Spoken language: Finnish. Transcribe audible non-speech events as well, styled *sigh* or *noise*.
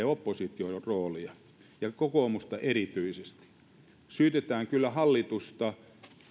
*unintelligible* opposition roolia ja kokoomusta erityisesti syytetään kyllä hallitusta